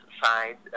side